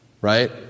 Right